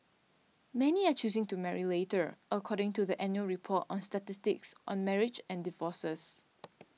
many are choosing to marry later according to the annual report on statistics on marriages and divorces